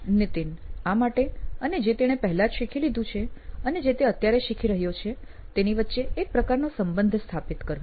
નીતિન આ માટે અને જે તેણે પહેલા જ શીખી લીધું છે અને જે તે અત્યારે શીખી રહ્યો છે તેની વચ્ચે એક પ્રકારનો સંબંધ સ્થાપિત કરવો